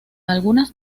algunas